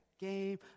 game